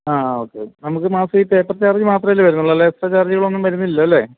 അ അ ഓകെ നമുക്ക് മാസം ഈ പേപ്പർ ചാർജ് മാത്രമല്ലേ വരുന്നുള്ളൂ അല്ലാതെ എക്സ്ട്രാ ചാർജുകളൊന്നും വരുന്നല്ലല്ലോ അല്ലേ